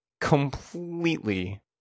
completely